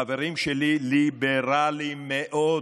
חברים שלי, ליברלים מאוד.